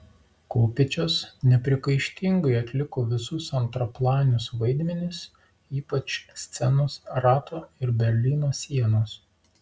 kopėčios nepriekaištingai atliko visus antraplanius vaidmenis ypač scenos rato ir berlyno sienos